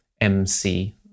MC